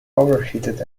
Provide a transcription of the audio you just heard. overheated